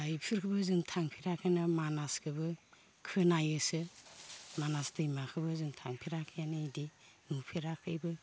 दा इफोरखोबो जों थांफेराखैनो मानासखोबो खोनायोसो मानास दैमाखौबो जों थांफेराखैयानो इदि नुफेराखैबो